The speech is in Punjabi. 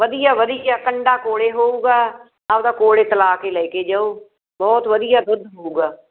ਵਧੀਆ ਵਧੀਆ ਕੰਡਾ ਕੋਲ ਹੋਊਗਾ ਆਪਦਾ ਕੋਲ ਤਲਾ ਕੇ ਲੈ ਕੇ ਜਾਓ ਬਹੁਤ ਵਧੀਆ ਦੁੱਧ ਹੋਉਗਾ